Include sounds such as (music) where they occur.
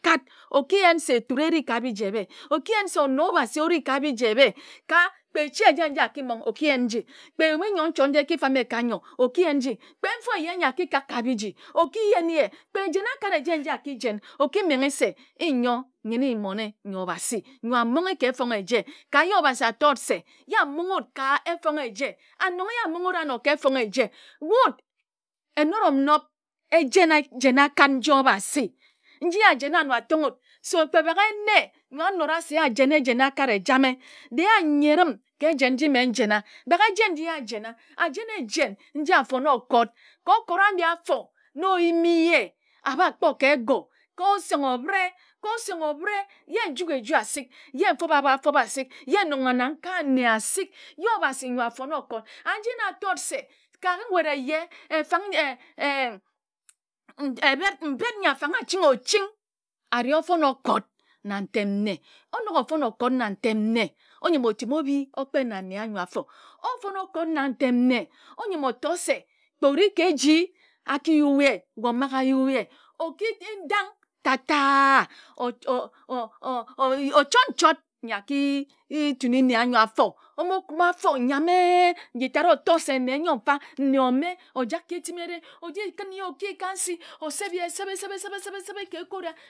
Se eture e ri ka biji ebhe o ki ye se ono obhasi ori ka biji ebhe ka kpe echi eje nji a ki mong o ki ye nji kpe eyami nnyo nchot nji e ki fam ye ka nnyo o ki yen nji kpo nfo eye anyi a kak ka biji o ki yen ye kpe ejen aket eje nji a ki jen o ki menghe se nyo nnyen mmone nyo obhasi a monghe ka efonghe eje ka ye obhasi a to wut se ye a monghe ka efonghe eje an (unintelligible) ye a monghe ano wut ka efonghe eje wut e nob o nob jen ekat nji obhasi. Nji ye a jene ano a tonghe wut se kpe baghe nne nyo a nora se ye a jena a jen akat ejame dee a nyere m ka ejen nji mo njena. Baghe ejen nji ye a jena a jen ejen nji a fone okot ka okot ambi afo na o yim ye a bha kpo ka ego ka osenghe obhare ka osenghe obhəre ye njugha eju asik, ye nfobha afobha asik ye n nungha na nkae nne asik ye obhasi nyo a fone okot. An (unintelligible) nji na a we wut se ka nwet (unintelligible) eye ee (hesitation) e bhet mbet (unintelligible) nyi a fang-a ching a ri ofon okot na ntem nne o nok ofon okot na ntem o nyəm o timi obh o kpe na nne anyo affo o fon okot na ntem nne o nyəm o to se kpe ori ka eji a ki yue ye we o maghe a yue ye o ki dang tata taa ooo chot ri chot nyi a ki tuni nne anyo afo o mo kume afo nyame nji o to se nne nyo mfa nne ome o jak ka etimere o ji ken ye ki ka nse o seb ye sebhe sebhe sebhe ka ekoria (unintelligible)